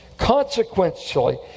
Consequently